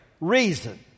reason